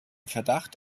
verdacht